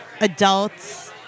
adults